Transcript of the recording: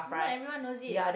not everyone knows it